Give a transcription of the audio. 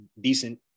decent –